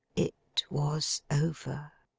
it was over.